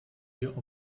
wir